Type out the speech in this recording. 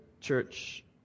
church